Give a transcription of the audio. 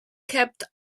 kept